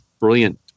brilliant